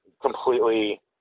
completely